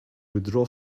withdraw